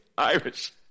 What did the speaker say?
Irish